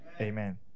Amen